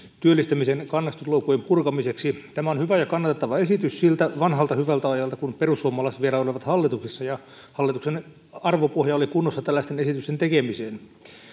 työllistymisen kannustinloukkujen purkamiseksi tämä on hyvä ja kannatettava esitys siltä vanhalta hyvältä ajalta kun perussuomalaiset vielä olivat hallituksessa ja hallituksen arvopohja oli kunnossa tällaisten esitysten tekemiseen